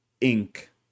ink